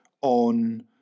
on